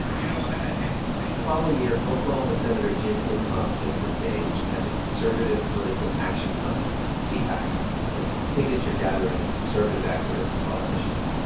you know, i'd have to say. the following year, oklahoma senator jim inhofe takes the stage at a conservative political action conference cpac. it's the signature gathering of conservative activists and politicians.